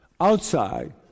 Outside